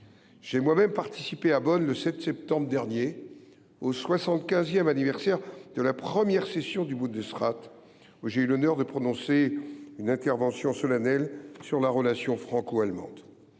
J’ai moi même participé à Bonn, le 7 septembre dernier, au soixante quinzième anniversaire de la première session du Bundesrat, où j’ai eu l’honneur de prononcer une intervention solennelle sur la relation franco allemande.